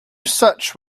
such